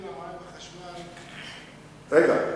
רגע,